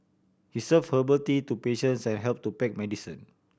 he served herbal tea to patients and helped to pack medicine